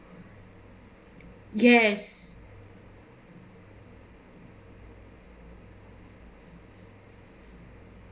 yes